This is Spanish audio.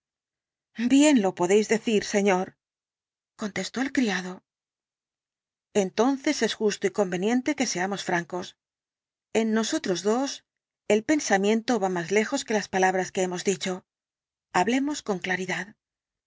bien lo podéis decir señor contestó el criado entonces es justo y conveniente que seamos francos en nosotros dos el pensamiento va más lejos que las palabras que nos hemos dicho hablemos con claridad